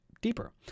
deeper